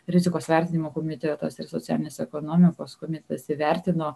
rizikos vertinimo komitetas ir socialinės ekonomikos komitetas įvertino